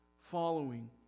following